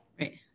Right